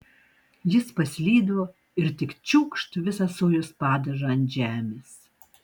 jis paslydo ir tik čiūkšt visą sojos padažą ant žemės